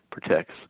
protects